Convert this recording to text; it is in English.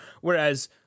whereas